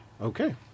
okay